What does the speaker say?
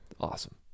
Awesome